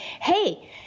hey